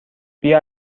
بیا